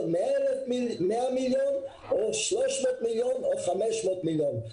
100 מיליון שקלים או 300 מיליון או 500 מיליון שקלים.